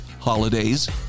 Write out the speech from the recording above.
holidays